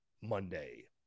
Monday